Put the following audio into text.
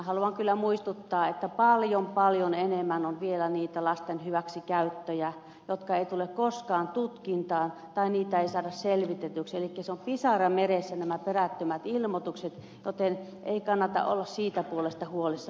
haluan kyllä muistuttaa että paljon paljon enemmän on vielä niitä lasten hyväksikäyttöjä jotka eivät tule koskaan tutkintaan tai joita ei saada selvitetyksi elikkä nämä perättömät ilmoitukset ovat pisara meressä joten ei kannata olla siitä puolesta huolissaan